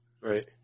Right